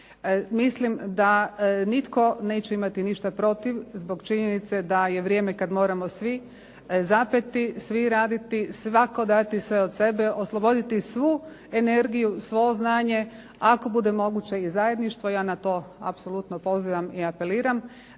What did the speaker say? Mislim da nitko neće imati ništa protiv zbog činjenice da je vrijeme kad moramo svi zapeti, svi raditi, svatko dati sve od sebe, osloboditi svu energiju, svo znanje ako bude moguće i zajedništvo. Ja na to apsolutno pozivam i apeliram,